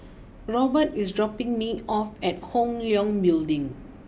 Robert is dropping me off at Hong Leong Building